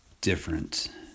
different